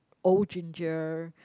old ginger